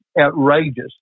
outrageous